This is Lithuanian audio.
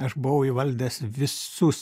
aš buvau įvaldęs visus